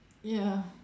ya